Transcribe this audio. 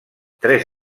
tres